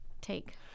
take